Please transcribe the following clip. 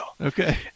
Okay